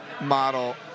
model